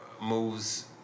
moves